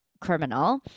criminal